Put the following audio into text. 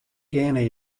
geane